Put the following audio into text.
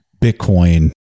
Bitcoin